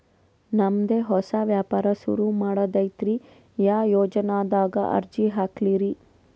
ನಮ್ ದೆ ಹೊಸಾ ವ್ಯಾಪಾರ ಸುರು ಮಾಡದೈತ್ರಿ, ಯಾ ಯೊಜನಾದಾಗ ಅರ್ಜಿ ಹಾಕ್ಲಿ ರಿ?